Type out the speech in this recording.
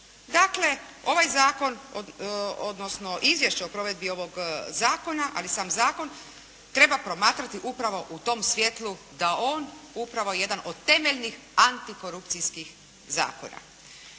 Dakle, ovaj zakon odnosno izvješće o provedbi ovog zakona, ali i sam zakon treba promatrati upravo u tom svjetlu da je on upravo jedan od temeljnih antikorupcijskih zakona.